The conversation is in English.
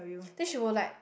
then she will like